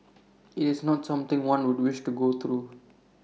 IT is not something one would wish to go through